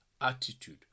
attitude